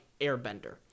Airbender